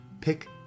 pick